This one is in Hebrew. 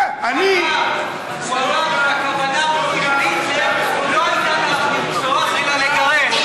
הוא אמר שהכוונה המקורית של היטלר לא הייתה לרצוח אלא לגרש.